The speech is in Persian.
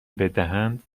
بدهند